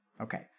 Okay